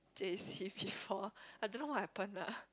J_C before I don't know what happen lah